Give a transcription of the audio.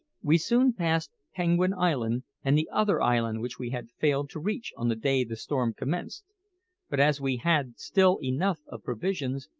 we soon passed penguin island and the other island which we had failed to reach on the day the storm commenced but as we had still enough of provisions,